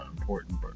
important